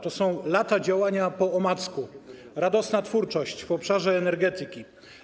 To są lata działania po omacku, radosna twórczość w obszarze energetyki.